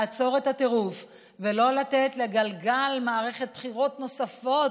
לעצור את הטירוף ולא לתת לגלגל מערכת בחירות נוספות,